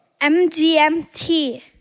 MGMT